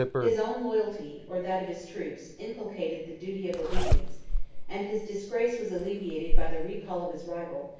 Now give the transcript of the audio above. his own loyalty, or that of his troops, inculcated the duty of obedience and his disgrace was alleviated by the recall of his rival,